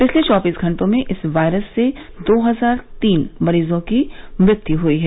पिछले चौबीस घंटों में इस वायरस से दो हजार तीन मरीजों की मृत्यु हुई है